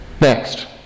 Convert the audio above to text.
Next